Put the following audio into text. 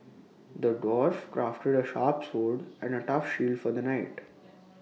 the dwarf crafted A sharp sword and A tough shield for the knight